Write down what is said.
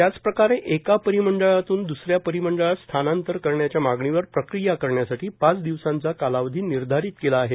त्याचप्रकारे एका परिमंडळातून द्सऱ्या परिमंडळात स्थानांतर करण्याच्या मागणीवर प्रक्रिया करण्यासाठी पाच दिवसांचा कालावधी निर्धारित केला आहे